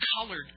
colored